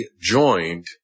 joined